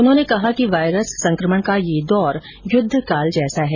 उन्होंने कहा कि वायरस संक्रमण का यह दौर युद्धकाल जैसा है